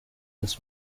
this